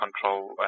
control